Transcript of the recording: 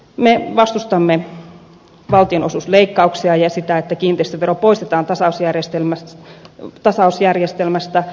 me vastustamme valtionosuusleikkauksia ja sitä että kiinteistövero poistetaan tasausjärjestelmästä